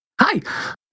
hi